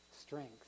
strength